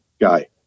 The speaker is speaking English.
guy